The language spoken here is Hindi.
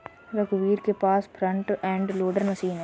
रघुवीर के पास फ्रंट एंड लोडर मशीन है